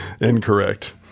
incorrect